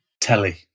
Telly